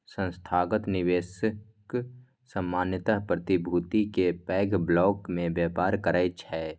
संस्थागत निवेशक सामान्यतः प्रतिभूति के पैघ ब्लॉक मे व्यापार करै छै